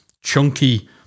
chunky